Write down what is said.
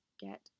get